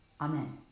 Amen